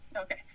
Okay